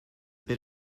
bit